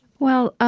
well,